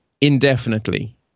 indefinitely